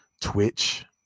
Twitch